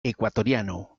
ecuatoriano